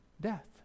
death